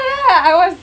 lah I was